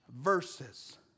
verses